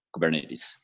kubernetes